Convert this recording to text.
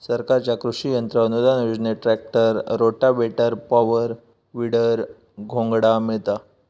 सरकारच्या कृषि यंत्र अनुदान योजनेत ट्रॅक्टर, रोटावेटर, पॉवर, वीडर, घोंगडा मिळता